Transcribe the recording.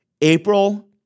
April